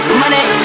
money